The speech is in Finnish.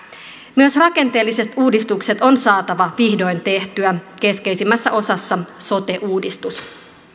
myös rakenteelliset uudistukset on saatava vihdoin tehtyä keskeisimmässä osassa sote uudistus